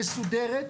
מסודרת,